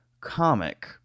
comic